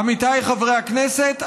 עמיתיי חברי הכנסת,